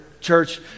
church